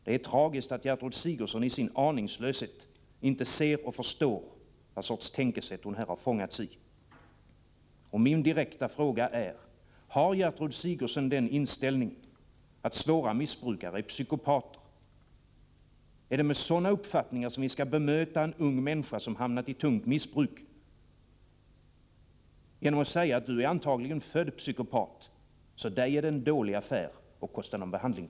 Det är tragiskt att Gertrud Sigurdsen i sin aningslöshet inte ser och förstår vad för sorts tänkesätt hon här har fångats i. Min direkta fråga är: Har Gertrud Sigurdsen den inställningen, att svåra missbrukare är psykopater? Är det med sådana uppfattningar som vi skall bemöta en ung människa som hamnat i tungt missbruk, genom att säga: Du är antagligen född psykopat, så dig är det en dålig affär att kosta på någon behandling.